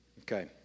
okay